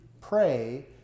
pray